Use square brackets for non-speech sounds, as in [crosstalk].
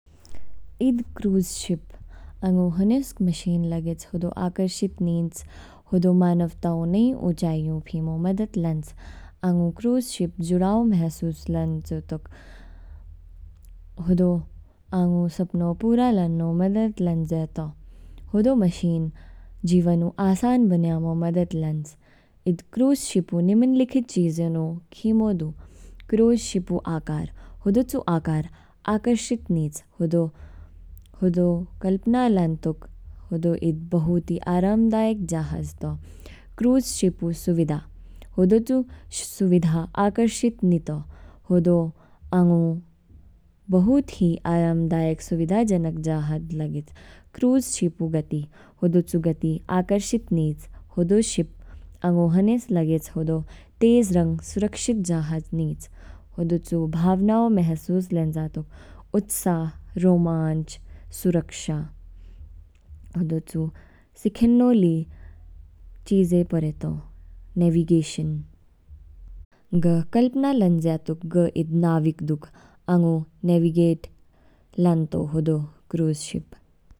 इद cruise ship, अङु हुनेस्क machine लगेच, हुदो आकरशित नीच, हुदो मानवताओ नहीं उचाईयू फीमो मदद लन्ज। अङु क्रूजशिप जुड़ाओ महसूस लन्ज या तोक, हुदो अङु सपनो पूरा लन्जो मदद लन्जयातो। हुदो मशीन जीवनु आसान बनियामो मदद लन्ज, इद क्रूजशिपु निमिनलिखित चीजनो खीमोदु। क्रूजशिपु आकार, हुदो चु आकार, आकरशित नीच, हुदो [hesitation] कल्पना लान तुक, हुदो इद बहुती आरामदायक जहाज तो। क्रूजशिपु सुविधा, हुदो चु सुविधा आकारशित नितो, हुदो आंगु बहुत ही आरामदायक, सुविधाजनक जहाज़ लागेच। क्रूज़ शिप ऊ गति, होदो चू गति आकर्षित नीच, होदो शिप आंगु हने लागेच, होदो तेज रंग सुरक्षित जहाज नीच। हुदो चु भावनाव महसूस लन्जा तो, उत्साह रोमांच, सुरक्षा। हुदो चु सिखनो ली चीज़े परेतो, नेविगेशिन। ग कल्पना लन्जा तोक, ग इदनाविक दु, आंगु नेविगेशिन, लन्तो हुदो क्रूज शिप।